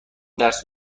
درس